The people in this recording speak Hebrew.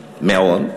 מאוד.